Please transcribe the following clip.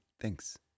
Thanks